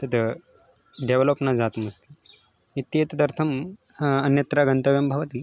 तत् डेवलप् न जातमस्ति इत्येतदर्थम् अन्यत्र गन्तव्यं भवति